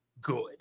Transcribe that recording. good